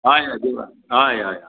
हय हय देवळान हय हय हय